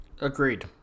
Agreed